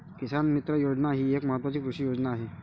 किसान मित्र योजना ही एक महत्वाची कृषी योजना आहे